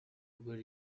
were